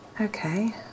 Okay